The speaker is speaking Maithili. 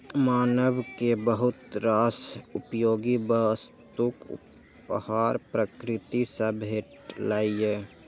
मानव कें बहुत रास उपयोगी वस्तुक उपहार प्रकृति सं भेटलैए